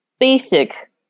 basic